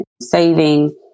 saving